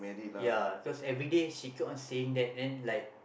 ya cause everyday she keep on saying that then like